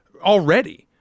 already